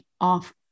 off